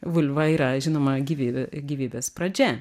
vulva yra žinoma gyvy gyvybės pradžia